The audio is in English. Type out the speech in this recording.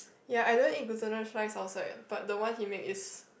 ya I don't eat glutinous rice outside but the one he make is